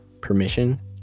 permission